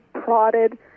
prodded